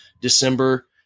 December